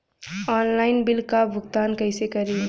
Online bill क भुगतान कईसे करी?